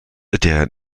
der